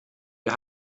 wir